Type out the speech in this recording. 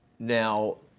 now